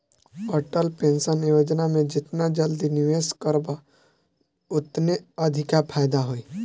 Atal pension योजना में जेतना जल्दी निवेश करबअ ओतने अधिका फायदा होई